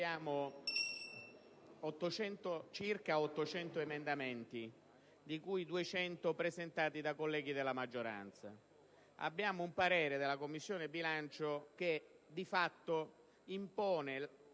circa 800 emendamenti, di cui 200 sono stati presentati da colleghi della maggioranza; abbiamo un parere della Commissione bilancio che di fatto - e